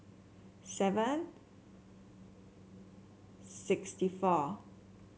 seven sixty four